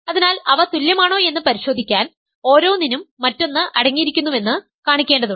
അതിനാൽ അവ തുല്യമാണോയെന്ന് പരിശോധിക്കാൻ ഓരോന്നിനും മറ്റൊന്ന് അടങ്ങിയിരിക്കുന്നുവെന്ന് കാണിക്കേണ്ടതുണ്ട്